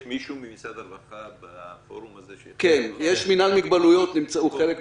יש מישהו ממשרד הרווחה בפורום הזה שיכול לענות?